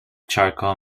charcoal